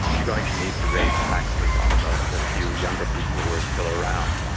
you're going to need to raise taxes on the the few younger people who are still around.